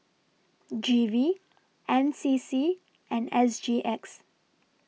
G V N C C and S G X